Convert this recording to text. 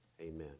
Amen